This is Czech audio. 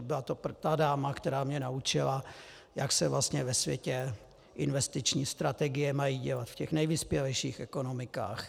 Byla to ta dáma, která mě naučila, jak se vlastně ve světě investiční strategie mají dělat v těch nejvyspělejších ekonomikách.